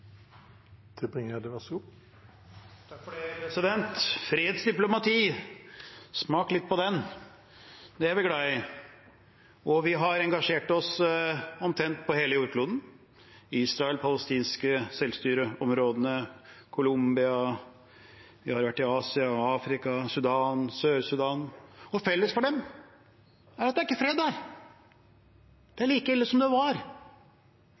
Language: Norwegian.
og vi har engasjert oss omtrent på hele jordkloden: Israel, de palestinske selvstyreområdene, Colombia, vi har vært i Asia og Afrika, Sudan, Sør-Sudan – og felles for dem er at det ikke er fred der, det er like ille som det var.